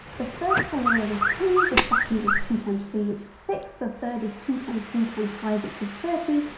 the first primorial is two, the second is two times three, which is six, the third is two times three times five which is thirty,